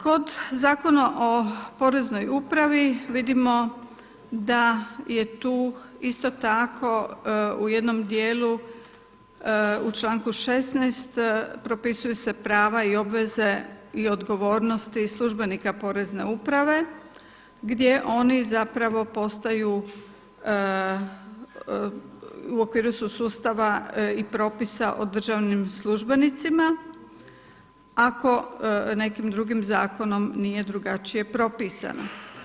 Kod Zakona o poreznoj upravi vidimo da je tu isto tako u jednom dijelu u članku 16. propisuju se prava i obveze i odgovornosti službenika porezne uprave gdje oni zapravo postaju, u okviru su sustava i propisa o državnim službenicima ako nekim drugim zakonom nije drugačije propisano.